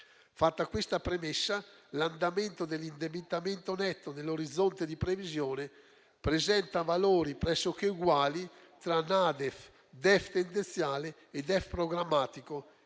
Fatta questa premessa, l'andamento dell'indebitamento netto nell'orizzonte di previsione presenta valori pressoché uguali tra NADEF, DEF tendenziale e DEF programmatico